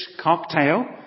cocktail